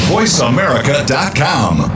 VoiceAmerica.com